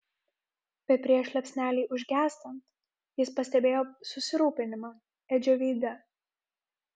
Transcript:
bet prieš liepsnelei užgęstant jis pastebėjo susirūpinimą edžio veide